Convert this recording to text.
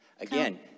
Again